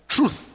Truth